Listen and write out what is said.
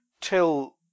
Till